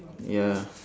ya